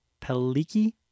Peliki